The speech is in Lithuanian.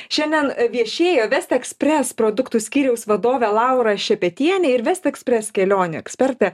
šiandien viešėjo vest ekspres produktų skyriaus vadovė laura šepetienė ir vest ekspres kelionių ekspertė